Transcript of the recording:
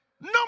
No